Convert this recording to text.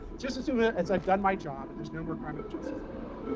just as soon as i've done my job and there's no more crime and injustice in the world,